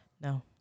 No